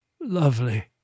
Lovely